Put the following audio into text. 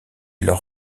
leur